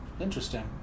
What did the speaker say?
Interesting